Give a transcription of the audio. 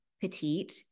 petite